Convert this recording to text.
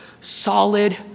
solid